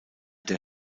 der